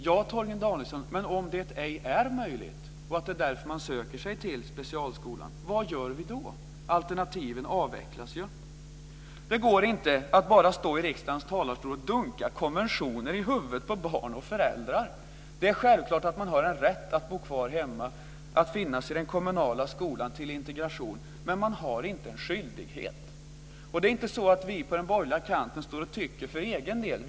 Ja, Torgny Danielsson, men om det ej är möjligt och om man därför söker sig till specialskolan, vad gör vi då? Alternativen avvecklas ju. Det går inte att bara stå i riksdagens talarstol och dunka konventioner i huvudet på barn och föräldrar. Det är självklart att man har rätt att bo kvar hemma, att finnas i den kommunala skolan och rätt till integration. Men man har inte en skyldighet. Det är inte så att vi på den borgerliga kanten står och tycker för egen del.